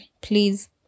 please